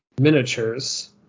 miniatures